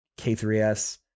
K3S